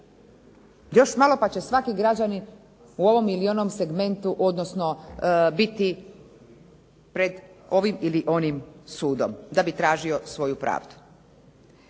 Još malo pa će svaki građanin u ovom ili onom segmentu odnosno biti pred ovim ili onim sudom da bi tražio svoju pravdu.